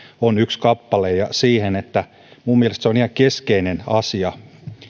on yksi kappale ja siihen että mielestäni se on ihan keskeinen asia